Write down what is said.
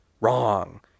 Wrong